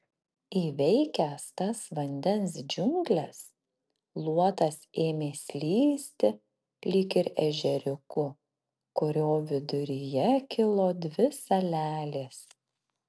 įveikęs tas vandens džiungles luotas ėmė slysti lyg ir ežeriuku kurio viduryje kilo dvi salelės